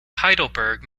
heidelberg